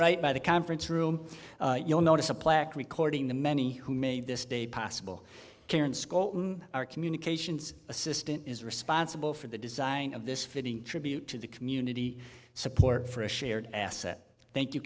right by the conference room you'll notice a plaque recording the many who made this day possible our communications assistant is responsible for the design of this fitting tribute to the community support for a shared asset thank you